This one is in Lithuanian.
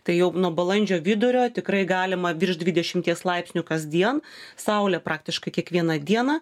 tai jau nuo balandžio vidurio tikrai galima virš dvidešimties laipsnių kasdien saulė praktiškai kiekvieną dieną